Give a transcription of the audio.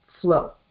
flow